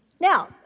Now